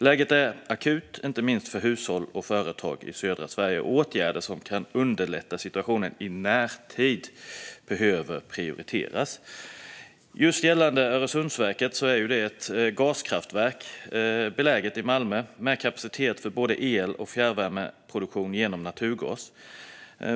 Läget är akut, inte minst för hushåll och företag i södra Sverige, och åtgärder som kan underlätta situationen i närtid behöver prioriteras. Öresundsverket är ett gaskraftverk beläget i Malmö med kapacitet för både el och fjärrvärmeproduktion genom naturgas.